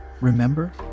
remember